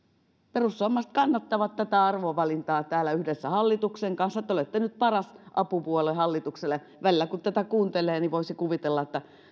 perussuomalaiset kannattavat tätä arvovalintaa täällä yhdessä hallituksen kanssa te te olette nyt paras apupuolue hallitukselle välillä kun tätä kuuntelee niin voisi kuvitella että